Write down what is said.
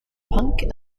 punk